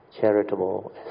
charitable